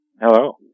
Hello